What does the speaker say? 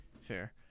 fair